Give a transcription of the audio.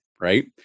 Right